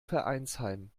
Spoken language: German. vereinsheim